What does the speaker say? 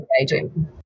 engaging